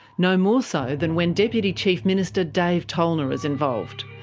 no more so than when deputy chief minister dave tollner is involved.